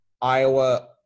Iowa